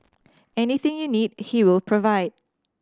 anything you need he will provide